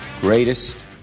greatest